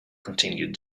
continued